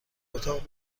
اتاق